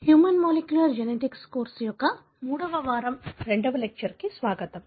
human molecular genetics course యొక్క మూడవ వారం రెండవ లెక్చర్ కు స్వాగతం